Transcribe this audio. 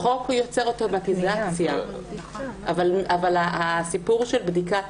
החוק יוצר אותו --- אבל הסיפור הוא של בדיקת